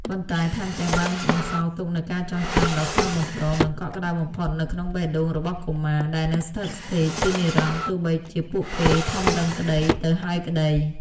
ប៉ុន្តែថែមទាំងបានបន្សល់ទុកនូវការចងចាំដ៏ស្រស់បំព្រង និងកក់ក្តៅបំផុតនៅក្នុងបេះដូងរបស់កុមារ ដែលនឹងស្ថិតស្ថេរជានិរន្តរ៍ទោះបីជាពួកគេធំដឹងក្តីទៅហើយក្តី។